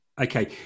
okay